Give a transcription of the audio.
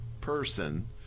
person